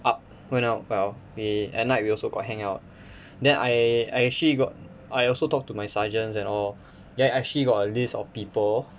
up went up well they at night we also got hang out then I I actually got I also talk to my sergeants and all then I actually got a list of people